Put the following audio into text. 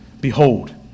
Behold